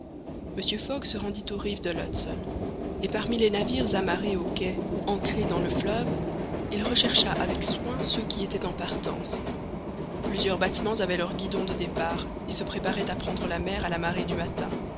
mr fogg se rendit aux rives de l'hudson et parmi les navires amarrés au quai ou ancrés dans le fleuve il rechercha avec soin ceux qui étaient en partance plusieurs bâtiments avaient leur guidon de départ et se préparaient à prendre la mer à la marée du matin